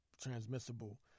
transmissible